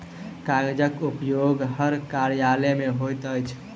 कागजक उपयोग हर कार्यालय मे होइत अछि